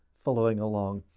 following along.